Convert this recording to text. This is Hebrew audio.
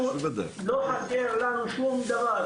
לא חסר לנו שום דבר,